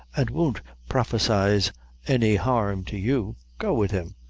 an' won't prophesize any harm to you. go with him.